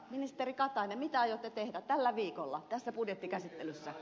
ministeri katainen mitä aiotte tehdä tällä viikolla tässä budjettikäsittelyssä